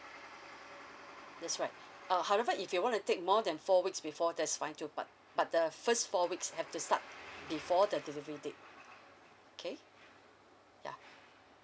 that's right uh however if you want to take more than four weeks before that's fine too but but the first four weeks have to start before the delivery date okay ya